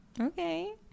okay